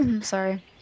sorry